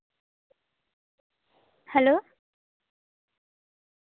hello